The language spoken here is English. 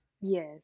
Yes